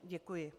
Děkuji.